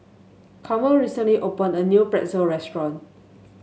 Carmel recently opened a new Pretzel restaurant